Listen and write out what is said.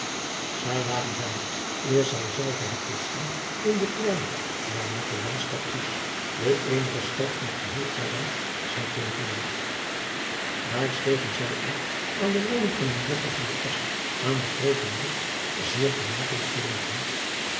ij waren bijna eer zij zelve het wisten in de kleine maar nette landstad oes de eenige stad van het geheel eiland uidbeveland aar stegen zij af aan de woning van ejuffrouw aan de roote arkt zeer vermakelijk gelegen